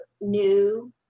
new